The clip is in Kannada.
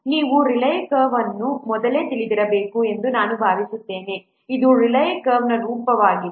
ನೀವು ರೇಲೈ ಕರ್ವ್ ಅನ್ನು ಮೊದಲೇ ತಿಳಿದಿರಬೇಕು ಎಂದು ನಾನು ಭಾವಿಸುತ್ತೇನೆ ಇದು ರೇಲೈ ಕರ್ವನ ರೂಪವಾಗಿದೆ